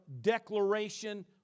declaration